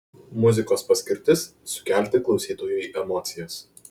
muzikos paskirtis sukelti klausytojui emocijas